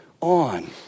On